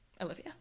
Olivia